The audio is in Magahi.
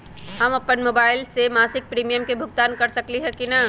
हम अपन मोबाइल से मासिक प्रीमियम के भुगतान कर सकली ह की न?